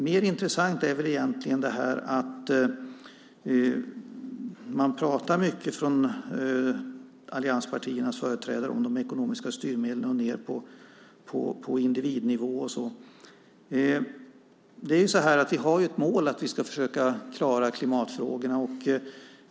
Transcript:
Mer intressant är väl egentligen det här: Man pratar mycket från allianspartiernas företrädare om de ekonomiska styrmedlen och ned på individnivå. Vi har ju ett mål att vi ska försöka klara klimatfrågorna.